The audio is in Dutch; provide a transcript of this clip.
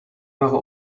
waren